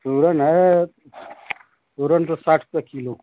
सूरन है सूरन तो साठ का किलो